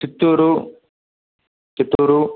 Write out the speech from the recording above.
Chittoor Chittoor